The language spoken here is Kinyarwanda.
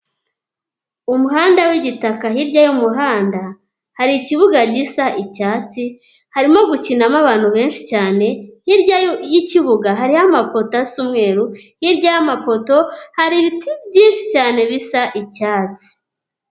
Umuhanda w'igitaka hirya y'umuhanda hari ikibuga gisa icyatsi harimo gukinamo abantu benshi cyane, hirya y'ikibuga hariyo amapoto asa umweru hirya y'amapoto hari ibiti byinshi cyane bisa icyatsi.